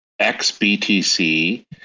XBTC